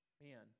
man